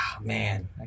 man